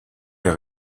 der